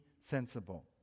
sensible